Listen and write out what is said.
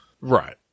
Right